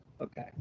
Okay